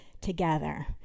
together